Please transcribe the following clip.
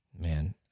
Man